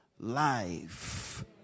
life